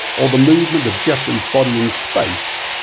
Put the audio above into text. or the movement of geoffrey's body in space,